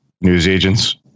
newsagents